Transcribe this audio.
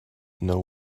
know